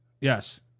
yes